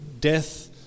death